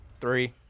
three